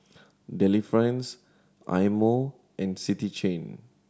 Delifrance Eye Mo and City Chain